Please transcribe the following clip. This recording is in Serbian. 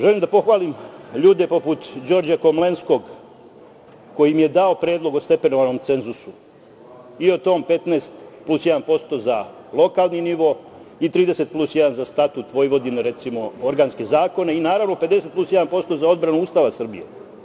Želim da pohvalim ljude poput Đorđa Komlenskog, koji mi je dao predlog o stepenovanom cenzusu i o tom 15 plus jedan posto za lokalni nivo i 30 plus jedan za statut Vojvodine, recimo, organske zakone i, naravno, 50 plus jedan posto za odbranu Ustava Srbije.